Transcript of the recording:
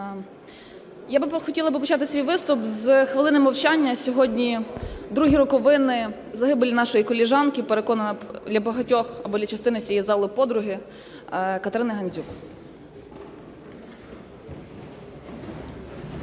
Я би хотіла би почати свій виступ з хвилини мовчання. Сьогодні другі роковини загибелі нашої колежанки, переконана, для багатьох, або для частини цієї зали, подруги Катерини Гандзюк.